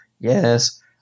yes